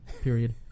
period